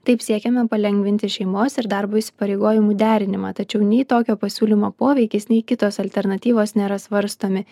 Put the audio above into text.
taip siekiame palengvinti šeimos ir darbo įsipareigojimų derinimą tačiau nei tokio pasiūlymo poveikis nei kitos alternatyvos nėra svarstomi